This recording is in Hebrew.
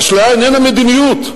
אשליה איננה מדיניות,